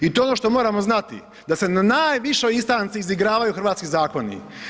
I to je ono što moramo znati, da se na najvišoj instanci izigravaju hrvatski zakoni.